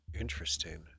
Interesting